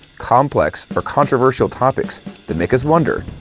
complex, or controversial topics that make us wonder,